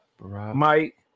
Mike